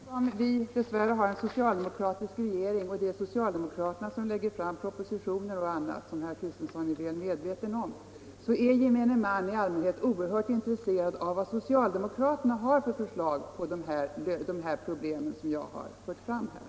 Herr talman! Eftersom vi dess värre har en socialdemokratisk regering och det är socialdemokraterna som lägger fram propositioner och annat —- som herr Kristenson är väl medveten om — är gemene man i allmänhet oerhört intresserad av vad socialdemokraterna har för förslag till lösningar på de problem som jag har fört fram här.